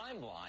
timeline